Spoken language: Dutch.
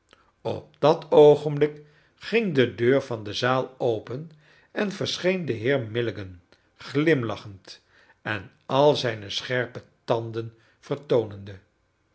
op dat oogenblik ging de deur van de zaal open en verscheen de heer milligan glimlachend en al zijne scherpe tanden vertoonende